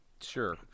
Sure